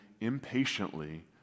impatiently